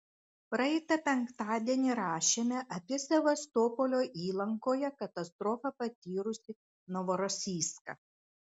praeitą penktadienį rašėme apie sevastopolio įlankoje katastrofą patyrusį novorosijską